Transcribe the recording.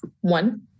one